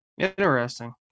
Interesting